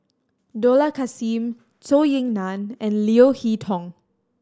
Dollah Kassim Zhou Ying Nan and Leo Hee Tong